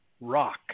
rock